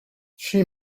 she